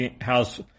House